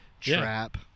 Trap